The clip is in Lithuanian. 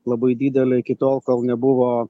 labai didelė iki tol kol nebuvo